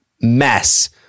mess